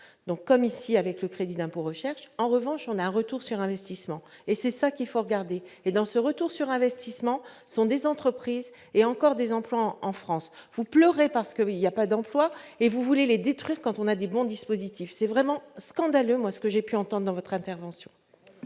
donc comme ici avec le crédit d'impôt recherche en revanche, on a un retour sur investissement et c'est ça qu'il faut regarder et dans ce retour sur investissement sont des entreprises et encore des emplois en France, vous pleurez parce que il y a pas d'emploi et vous voulez les détruire quand on a des bons dispositifs c'est vraiment scandaleux, moi ce que j'ai pu entendant dans votre intervention.